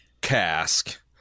cask